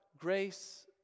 grace